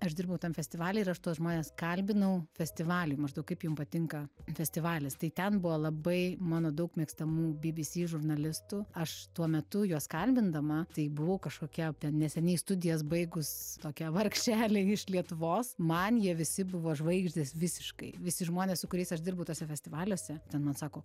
aš dirbau tam festivaly ir aš tuos žmones kalbinau festivaliui maždaug kaip jum patinka festivalis tai ten buvo labai mano daug mėgstamų bbc žurnalistų aš tuo metu juos kalbindama tai buvau kažkokia ten neseniai studijas baigus tokia vargšelė iš lietuvos man jie visi buvo žvaigždės visiškai visi žmonės su su kuriais aš dirbu tuose festivaliuose ten man sako